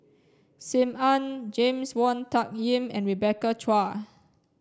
Sim Ann James Wong Tuck Yim and Rebecca Chua